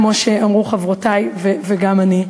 כמו שאמרו חברותי וגם אני אומרת.